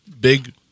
big